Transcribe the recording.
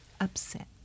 upset